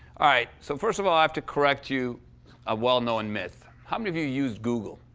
right, so first of all, i have to correct you a well-known myth. how many of you use google?